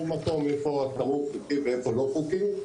ורואים בכל מקום איפה התמרור חוקי ואיפה לא חוקי.